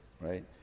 right